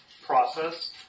process